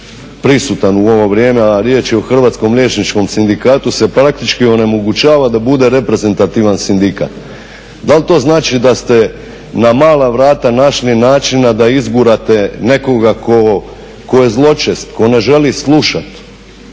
prisutan u ovo vrijeme, a riječ je o Hrvatskom liječničkom sindikatu se praktički onemogućava da bude reprezentativan sindikat. Da li to znači da ste na mala vrata našli načina da izgurate nekoga tko je zločest, tko ne želi slušati,